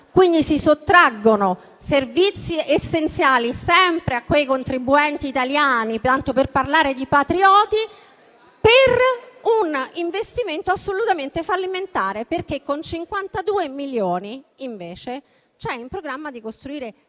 sanità. Si sottraggono quindi servizi essenziali sempre ai contribuenti italiani, tanto per parlare di patrioti, per un investimento assolutamente fallimentare. Con 52 milioni c'è infatti in programma di costruire